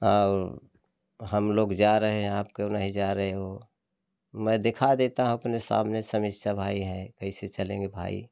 और हम लोग जा रहे हैं आप क्यों नहीं जा रहे हो मैं दिखा देता हूँ अपने सामने समस्या भाई हैं कैसे चलेंगे भाई